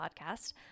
podcast